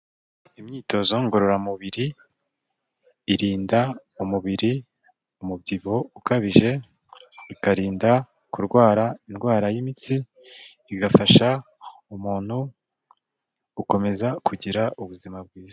Imyitozo ngororamubiri irinda umubiri umubyibuho ukabije, ikarinda kurwara indwara y'imitsi, igafasha umuntu gukomeza kugira ubuzima bwiza.